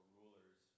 rulers